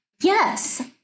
Yes